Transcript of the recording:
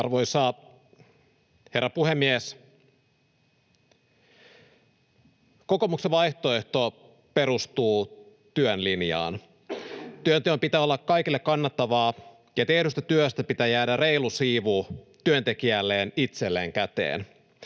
Arvoisa herra puhemies! Kokoomuksen vaihtoehto perustuu työn linjaan: työnteon pitää olla kaikille kannattavaa, ja tehdystä työstä pitää jäädä reilu siivu työntekijälle itselleen käteen